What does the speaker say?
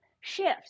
shifts